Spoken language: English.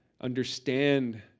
understand